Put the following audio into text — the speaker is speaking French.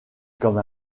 comme